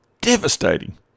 Devastating